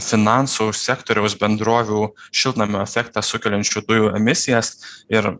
finansų sektoriaus bendrovių šiltnamio efektą sukeliančių dujų emisijas ir